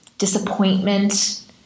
disappointment